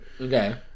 okay